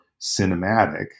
cinematic